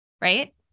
right